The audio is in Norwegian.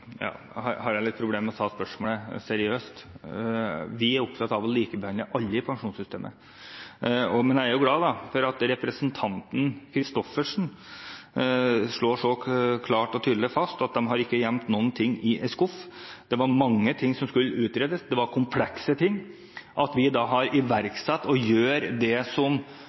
har jeg litt problemer med å ta spørsmålet seriøst. Vi er opptatt av å likebehandle alle i pensjonssystemet. Men jeg er glad for at representanten Christoffersen slår så klart og tydelig fast at de ikke har gjemt noen ting i en skuff. Det var mange ting som skulle utredes, det var komplekse ting. Når vi har iverksatt og gjør det som